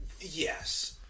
Yes